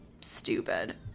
stupid